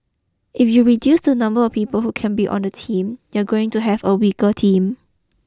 if you reduce the number or people who can be on the team you're going to have a weaker team